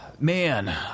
Man